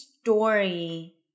story